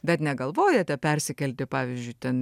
bet negalvojate persikelti pavyzdžiui ten